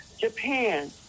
Japan